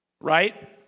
right